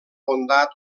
bondat